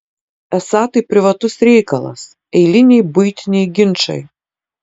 esą tai privatus reikalas eiliniai buitiniai ginčai